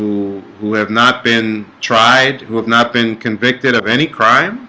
who who have not been tried who have not been convicted of any crime?